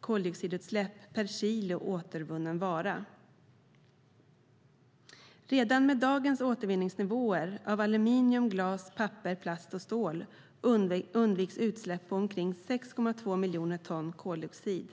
koldioxidutsläpp per kilo återvunnen vara. Redan med dagens återvinningsnivåer när det gäller aluminium, glas, papper, plast och stål undviks utsläpp på omkring 6,2 miljoner ton koldioxid.